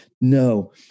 no